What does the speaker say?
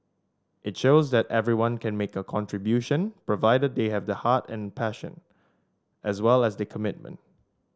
it shows that everyone can make a contribution provided they have the heart and passion as well as the commitment